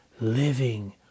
living